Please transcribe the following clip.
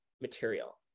material